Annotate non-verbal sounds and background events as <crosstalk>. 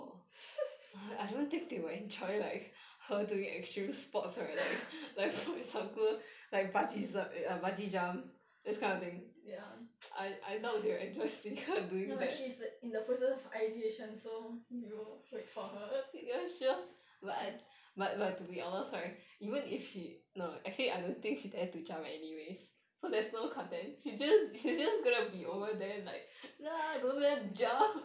<laughs> ya ya but she's in the process of ideation so you wait for her